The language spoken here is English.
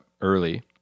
early